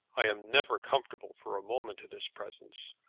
i am never comfortable for a moment in his presence.